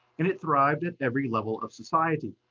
and it thrived at every level of society.